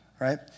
right